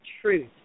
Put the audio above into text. truth